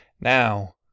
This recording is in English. Now